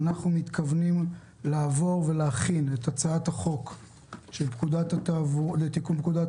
ואנחנו מתכוונים להכין את הצעת חוק לתיקון פקודת